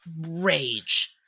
rage